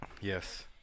Yes